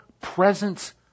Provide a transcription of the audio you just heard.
presence